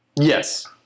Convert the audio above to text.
Yes